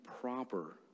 proper